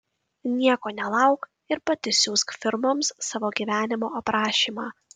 nieko nelauk ir pati siųsk firmoms savo gyvenimo aprašymą